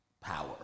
power